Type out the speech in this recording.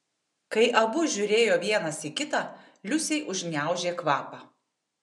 kai abu žiūrėjo vienas į kitą liusei užgniaužė kvapą